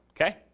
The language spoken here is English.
okay